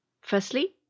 Firstly